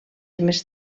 més